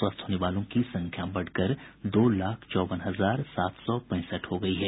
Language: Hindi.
स्वस्थ होने वालों की संख्या बढ़कर दो लाख चौवन हजार सात सौ पैंसठ हो गयी है